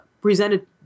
presented